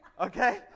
Okay